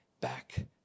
back